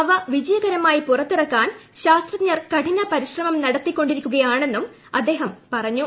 അവ വിജയകരമായി പുറത്തിറ്ക്കാൻ ശാസ്ത്രജ്ഞർ കഠിന പരിശ്രമം നടത്തി കൊണ്ടിരിക്കുകയാണെന്നും അദ്ദേഹം പറഞ്ഞു